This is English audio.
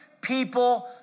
people